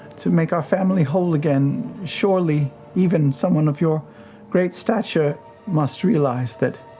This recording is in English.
to make our family whole again. surely even someone of your great stature must realize that